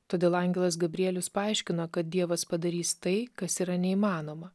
todėl angelas gabrielius paaiškino kad dievas padarys tai kas yra neįmanoma